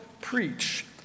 preach